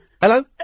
Hello